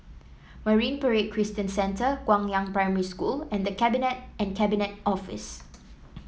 Marine Parade Christian Centre Guangyang Primary School and The Cabinet and Cabinet Office